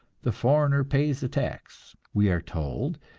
the foreigner pays the tax, we are told,